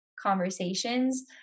conversations